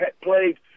played